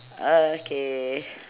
okay